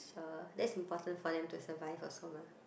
uh that's important for them to survive also mah